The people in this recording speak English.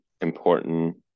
important